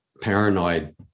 paranoid